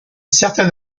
certaine